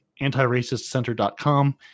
antiracistcenter.com